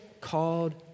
called